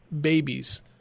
babies